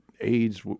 AIDS